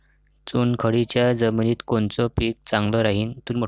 चुनखडीच्या जमिनीत कोनचं पीक चांगलं राहीन?